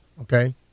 Okay